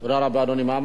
מה מציע אדוני?